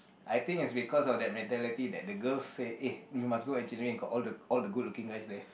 I think is because of that mentality that the girls say eh you must go engineering got all the all the good looking guys leh